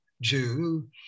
Jew